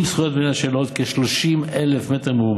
עם זכויות בנייה של עוד כ-30,000 מ"ר,